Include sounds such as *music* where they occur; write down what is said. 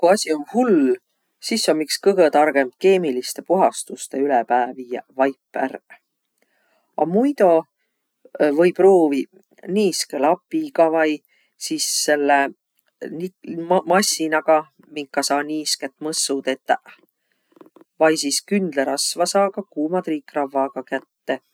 Ku asi om hull, sis om iks kõgõ targõmb keemiliste puhastustõ ülepää viiäq vaip är. A muido või pruuviq *hesitation* niiskõ lapiga vai sis selle *hesitation* massinagaq, minka saa niisket mõssu tetäq. Vai sis kündlerasva saa ka kuuma triikravvaga kätte.